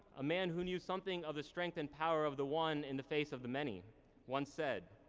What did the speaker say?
a man who knew something of the strength and power of the one in the face of the many once said,